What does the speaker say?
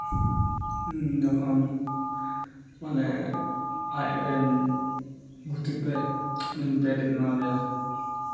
ᱡᱚᱠᱷᱚᱱ ᱢᱟᱱᱮ ᱟᱡᱨᱮᱱ ᱜᱩᱛᱤ ᱯᱮ ᱩᱱᱤ ᱯᱮᱰᱤᱧ ᱮᱢᱟᱣᱟᱫᱮᱭᱟ